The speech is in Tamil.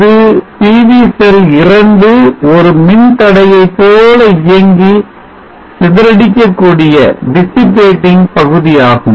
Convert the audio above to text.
இது PV செல் 2 ஒரு மின்தடையை போல இயங்கி சிதறடிக்கக்கூடிய பகுதியாகும்